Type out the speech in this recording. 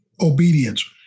obedience